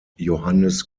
johannes